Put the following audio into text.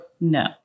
No